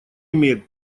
имеет